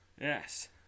Yes